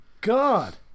god